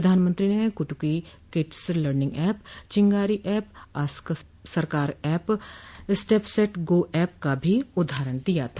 प्रधानमंत्री ने Kutuki kids learning app Chingari app ask Sarkar app step set go app का भी उदाहरण दिया था